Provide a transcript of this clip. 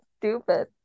stupid